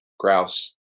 grouse